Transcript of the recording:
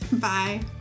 Bye